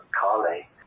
Carly